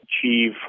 achieve